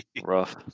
Rough